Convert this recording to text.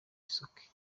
bisoke